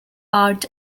art